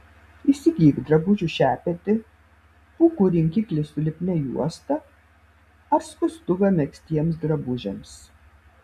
įsigyk drabužių šepetį pūkų rinkiklį su lipnia juosta ar skustuvą megztiems drabužiams